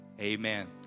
amen